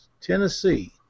Tennessee